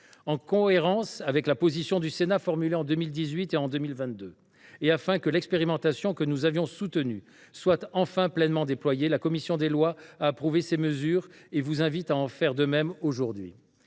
en cohérence avec la position exprimée par le Sénat en 2018 et en 2022, et afin que l’expérimentation que nous avions soutenue soit enfin pleinement déployée, la commission des lois a approuvé ces mesures. Elle vous invite à faire de même aujourd’hui.